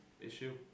issue